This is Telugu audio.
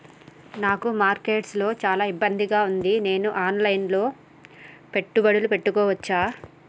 నాకు మార్కెట్స్ లో చాలా ఇబ్బందిగా ఉంది, నేను ఆన్ లైన్ లో పెట్టుబడులు పెట్టవచ్చా?